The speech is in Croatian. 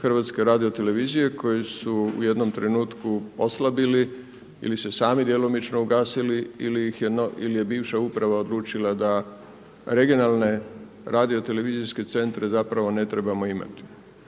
HRT-a koji su u jednom trenutku oslabili ili se sami djelomično ugasili ili je bivša uprava odlučila da regionalne radiotelevizijske centre zapravo ne trebamo imati.